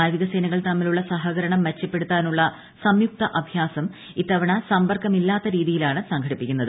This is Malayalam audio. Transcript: നാവികസേനകൾ തമ്മിലുള്ള സഹകരണം മെച്ചപ്പെടുത്താനുള്ള സംയുക്ത അഭ്യാസം ഇത്തവണ സമ്പർക്കമില്ലാത്ത രീതിയിലാണ് സംഘടിപ്പിക്കുന്നത്